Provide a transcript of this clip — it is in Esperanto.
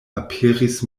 aperis